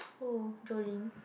who Jolin